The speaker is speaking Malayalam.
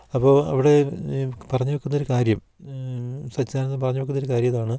അപ്പോൾ അവിടെ ഈ പറഞ്ഞു വയ്ക്കുന്ന ഒരു കാര്യം സച്ചിദാനന്ദൻ പറഞ്ഞു വയ്ക്കുന്ന ഒരു കാര്യം ഇതാണ്